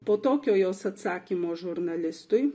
po tokio jos atsakymo žurnalistui